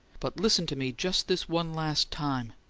but listen to me just this one last time!